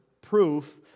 proof